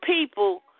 people